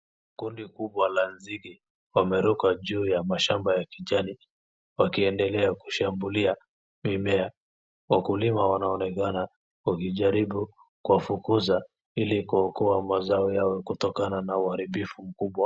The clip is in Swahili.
Kundi kubwa la nzige wameruka juu ya mashamba ya kijani wakiendelea kushambulia mimea. Wakulima wanaonekana wakijaribu kuwafukuza ili kuokoa mazao yao kutokana na uharibifu mkubwa.